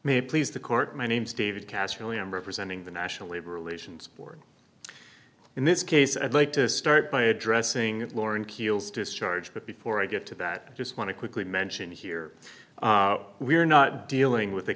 may please the court my name is david castro i am representing the national labor relations board in this case i'd like to start by addressing lauren keels discharge but before i get to that just want to quickly mention here we are not dealing with